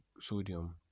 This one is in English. sodium